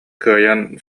кыайан